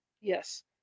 Yes